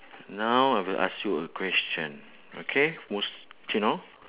now I will ask you a question okay mustino